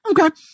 okay